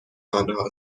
آنها